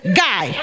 guy